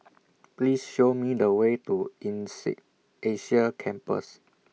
Please Show Me The Way to Insead Asia Campus